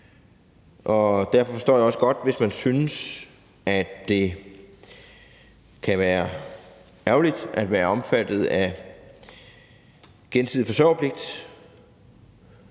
Derfor forstår jeg også godt, hvis man synes, at det kan være ærgerligt at være omfattet af gensidig forsørgerpligt.